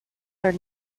are